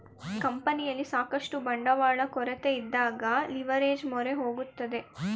ಕಂಪನಿಯಲ್ಲಿ ಸಾಕಷ್ಟು ಬಂಡವಾಳ ಕೊರತೆಯಿದ್ದಾಗ ಲಿವರ್ಏಜ್ ಮೊರೆ ಹೋಗುತ್ತದೆ